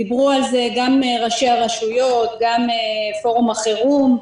דיברו על זה גם ראשי הרשויות, גם פורום החירום.